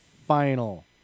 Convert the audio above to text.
Final